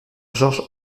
george